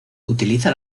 utiliza